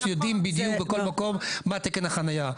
יודעים בדיוק בכל מקום מה תקן החניה.